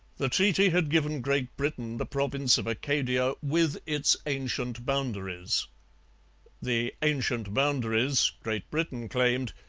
the treaty had given great britain the province of acadia with its ancient boundaries the ancient boundaries great britain claimed,